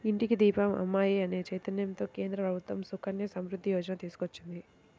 ఇంటికి దీపం అమ్మాయి అనే చైతన్యంతో కేంద్ర ప్రభుత్వం సుకన్య సమృద్ధి యోజన తీసుకొచ్చింది